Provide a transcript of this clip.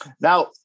now